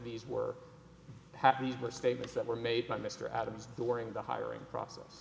these were happy for statements that were made by mr adams during the hiring process